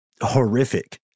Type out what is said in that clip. horrific